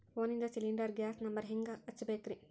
ಫೋನಿಂದ cylinder gas number ಹೆಂಗ್ ಹಚ್ಚ ಬೇಕ್ರಿ?